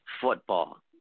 football